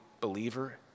believer